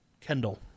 Kendall